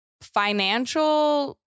financial